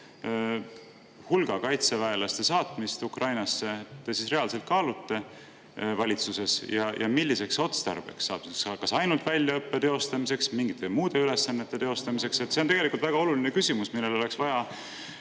hulga kaitseväelaste saatmist Ukrainasse te reaalselt kaalute valitsuses ja milliseks otstarbeks. Kas ainult väljaõppeks või ka mingite muude ülesannete teostamiseks? See on tegelikult väga oluline küsimus, millele oleks vaja